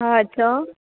हा चओ